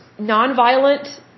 nonviolent